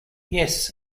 yes